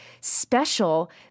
special